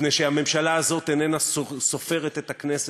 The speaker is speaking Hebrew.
מפני שהממשלה הזאת איננה סופרת את הכנסת,